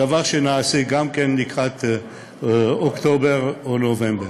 זה דבר שנעשה גם כן לקראת אוקטובר או נובמבר.